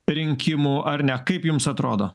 rinkimų ar ne kaip jums atrodo